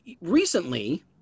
recently